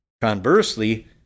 Conversely